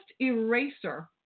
eraser